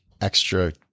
extra